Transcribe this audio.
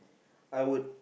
I would